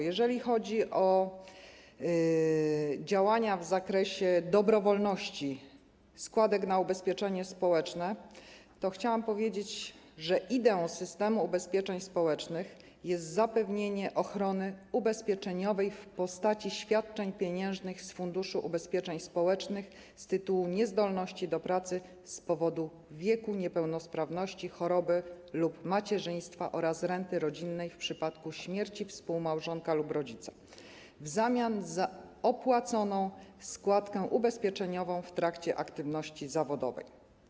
Jeżeli chodzi o działania w zakresie dobrowolności składek na ubezpieczenia społeczne, to chciałabym powiedzieć, że ideą systemu ubezpieczeń społecznych jest zapewnienie ochrony ubezpieczeniowej w postaci świadczeń pieniężnych z Funduszu Ubezpieczeń Społecznych z tytułu niezdolności do pracy z powodu wieku, niepełnosprawności, choroby lub macierzyństwa oraz renty rodzinnej w przypadku śmierci współmałżonka lub rodzica w zamian za opłaconą składkę ubezpieczeniową w trakcie aktywności zawodowej.